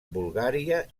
bulgària